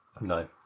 No